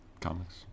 comics